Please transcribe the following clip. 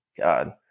God